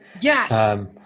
yes